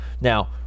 Now